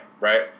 right